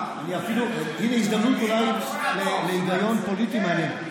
הינה הזדמנות, אולי, להיגיון פוליטי מעניין.